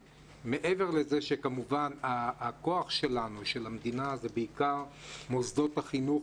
כוחה של המדינה בא לידי ביטוי בגיוון של מוסדות החינוך,